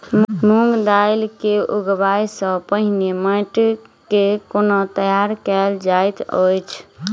मूंग दालि केँ उगबाई सँ पहिने माटि केँ कोना तैयार कैल जाइत अछि?